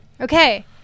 okay